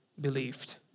believed